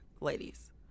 ladies